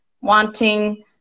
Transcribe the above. wanting